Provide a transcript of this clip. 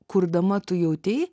kurdama tu jautei